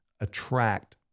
attract